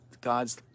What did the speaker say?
God's